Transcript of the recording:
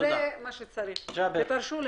תודה, אני מתנצלת שאני